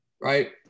right